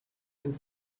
and